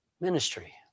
ministry